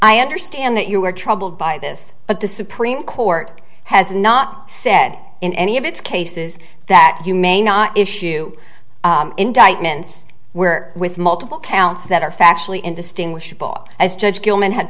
i understand that you are troubled by this but the supreme court has not said in any of its cases that you may not issue indictments where with multiple counts that are factually indistinguishable as judge gilman had